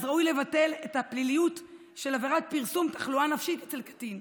אז ראוי לבטל את הפליליות של עבירת פרסום תחלואה נפשית אצל קטין.